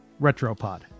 Retropod